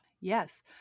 Yes